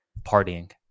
partying